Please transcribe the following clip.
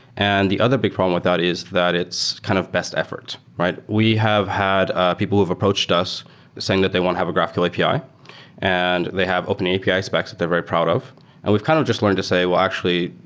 and the other big problem with that is that it's kind of best efforts, right? we have had people who've approached us saying that they want to have a graphql api and they have open api specs that they're very proud of, and we've kind of just learned to say, well, actually,